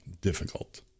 difficult